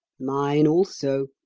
mine also,